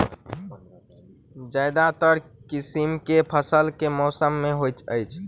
ज्यादातर किसिम केँ फसल केँ मौसम मे होइत अछि?